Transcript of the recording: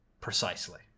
precisely